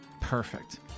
Perfect